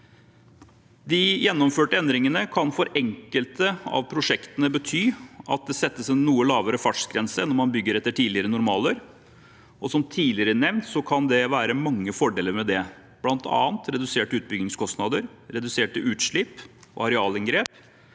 De gjennomførte endringene kan for enkelte av prosjektene bety at det settes en noe lavere fartsgrense enn om man hadde bygd etter tidligere normaler. Som tidligere nevnt kan det være mange fordeler med det, bl.a. reduserte utbyggingskostnader, reduserte utslipp og reduserte